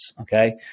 Okay